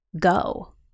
go